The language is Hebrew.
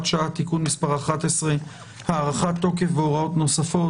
שעה) (תיקון מס' 11) (הארכת תוקף והוראות נוספות),